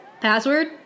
Password